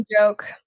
joke